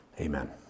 amen